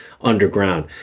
underground